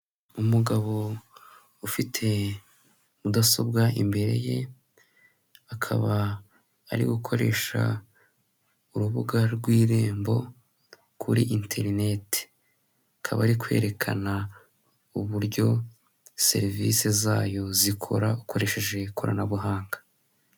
Umugabo ufite mudasobwa imbere ye, akaba ari gukoresha urubuga rw'irembo kuri interinete, akaba ari kwerekana uburyo serivisi zayo zikora ukoresheje ikoranabuhanga.